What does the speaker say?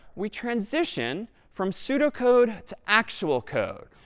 we transition from pseudocode to actual code.